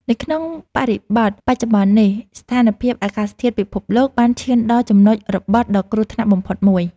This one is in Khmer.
នៅក្នុងបរិបទបច្ចុប្បន្ននេះ ស្ថានភាពអាកាសធាតុពិភពលោកបានឈានដល់ចំណុចរបត់ដ៏គ្រោះថ្នាក់បំផុតមួយ។